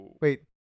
Wait